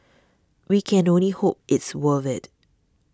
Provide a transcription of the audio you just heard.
we can only hope it's worth it